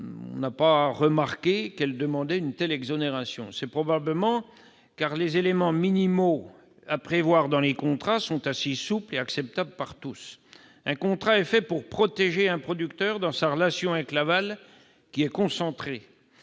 nous avons auditionnées demandaient une telle exonération ! La raison en est probablement que les éléments minimaux à prévoir dans les contrats sont assez souples et acceptables par tous. Un contrat est fait pour protéger un producteur dans sa relation avec l'aval, qui est concentré.